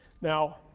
Now